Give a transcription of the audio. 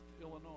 Illinois